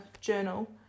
journal